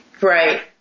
Right